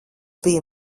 bija